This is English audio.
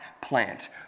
plant